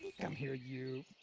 come here you.